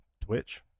twitch